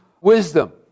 wisdom